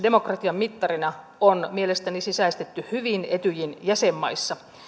demokratian mittarina on mielestäni sisäistetty hyvin etyjin jäsenmaissa